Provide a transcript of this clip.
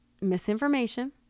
misinformation